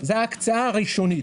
זאת הקצאה ראשונית.